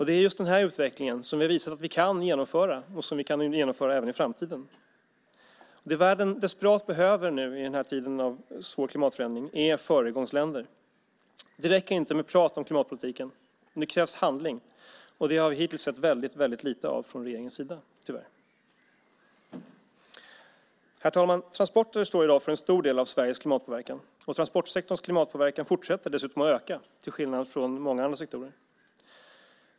Det är just den utvecklingen vi visade att vi kunde genomföra, och vi kan genomföra den även i framtiden. Det världen desperat behöver i dessa tider av svåra klimatförändringar är föregångsländer. Det räcker inte med prat om klimatpolitiken. Nu krävs handling. Det har vi emellertid hittills sett mycket lite av från regeringens sida - tyvärr. Herr talman! Transporterna står i dag för en stor del av Sveriges klimatpåverkan. Transportsektorns klimatpåverkan fortsätter dessutom att öka, till skillnad från många andra sektorer.